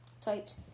tight